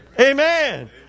Amen